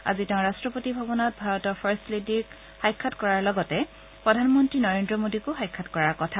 আজি তেওঁ ৰট্টপতি ভৱনত ভাৰতৰ ফাৰ্ট লেডীক সাক্ষাৎ কৰাৰ লগতে প্ৰধানমন্ত্ৰী নৰেন্দ্ৰ মোদীকো সাক্ষাৎ কৰাৰ কথা